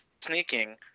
sneaking